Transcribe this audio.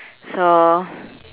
so